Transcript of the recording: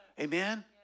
Amen